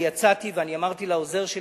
אני יצאתי ואמרתי לעוזר שלי,